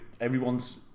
everyone's